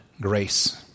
grace